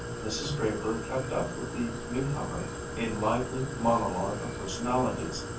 mrs. draper kept up with the new-comer a lively monologue of personalities,